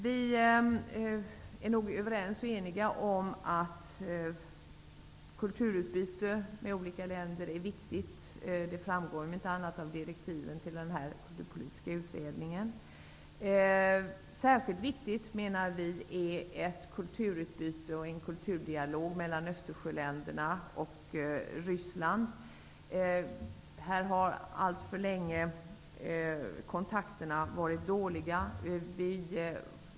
Vi är nog överens om att kulturutbyte med olika länder är viktigt. Det framgår om inte annat av direktiven till den kulturpolitiska utredningen. Vi menar att det är särskilt viktigt att ha ett kulturutbyte och en kulturdialog med Östersjöländerna och Ryssland. Här har kontakterna alltför länge varit dåliga.